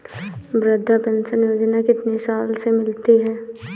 वृद्धा पेंशन योजना कितनी साल से मिलती है?